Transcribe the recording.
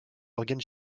organes